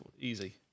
easy